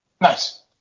Nice